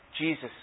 Jesus